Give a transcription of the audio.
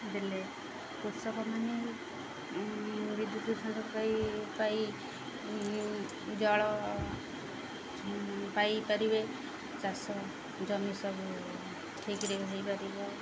ଦେଲେ କୃଷକମାନେ ବିଦ୍ୟୁତ୍ କୃଷି ପାଇଁ ଜଳ ପାଇପାରିବେ ଚାଷ ଜମି ସବୁ ଠିକ୍ରେ ହୋଇପାରିବେ